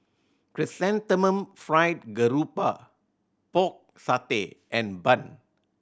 Chrysanthemum Fried Garoupa Pork Satay and bun